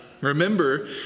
remember